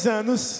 anos